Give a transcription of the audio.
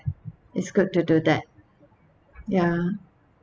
it's good to do that ya